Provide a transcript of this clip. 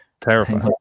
Terrifying